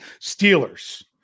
Steelers